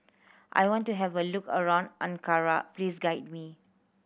I want to have a look around Ankara please guide me